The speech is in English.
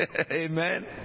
Amen